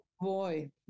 boy